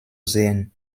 sehen